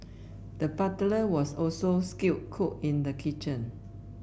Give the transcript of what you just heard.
the butcher was also a skilled cook in the kitchen